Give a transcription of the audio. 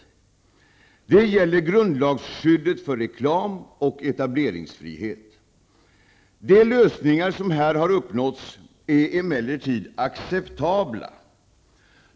Det gäller grundlagsskyddet för reklam och etableringsfrihet. De lösningar som här har uppnåtts är emellertid acceptabla.